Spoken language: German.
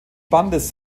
bandes